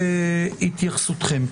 את התייחסותכם.